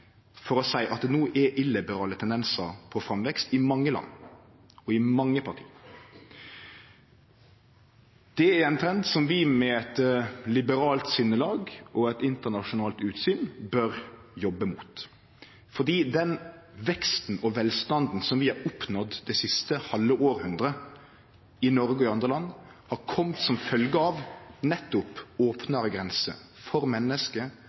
for å seie at no er illiberale tendensar i framvekst i mange land og i mange parti. Det er ein trend som vi med eit liberalt sinnelag og eit internasjonalt utsyn bør jobbe imot, fordi den veksten og den velstanden som vi har oppnådd det siste halve århundret i Noreg og i andre land, nettopp har kome av opnare grenser for menneske,